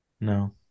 No